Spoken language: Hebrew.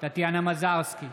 טטיאנה מזרסקי,